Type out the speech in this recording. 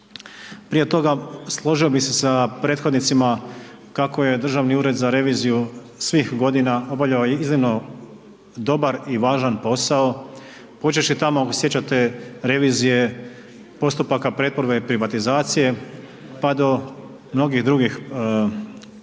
Prije toga, složio bih se sa prethodnicima kako je Državni ured za reviziju svih godina obavljao iznimno dobar i važan posao počevši tamo ako se sjećate revizije postupaka pretvorbe i privatizacije pa do mnogih drugih svojih